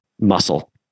muscle